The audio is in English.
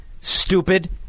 Stupid